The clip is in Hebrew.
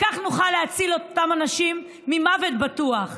כך נוכל להציל את אותם אנשים ממוות בטוח.